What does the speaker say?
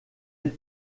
est